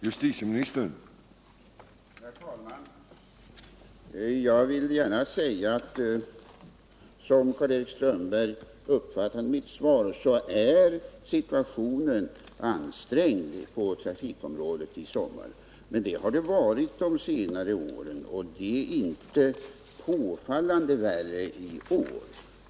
Herr talman! Jag vill gärna säga att som Karl-Erik Strömberg riktigt uppfattat mitt svar är situationen ansträngd på trafikområdet i sommar. Men 19 det har den varit de senare åren, och det är inte påfallande värre i år.